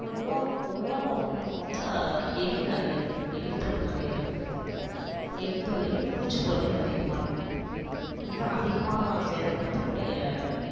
பொதுவாக பொதுவாக வருன்னு அப்படினு பார்த்தா எலி நிறையாருக்கும் எலி தொல்லை நிறையாருக்கும் எலி தொல்லையும் பூச்சி தொல்லையும் அதிகமாயிருக்கும் இதுதான் அதிகமாக சேதப்படுத்தக் கூடிய